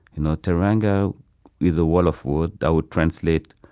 and teranga is a wolof word that would translate